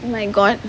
oh my god